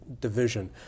division